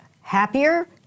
happier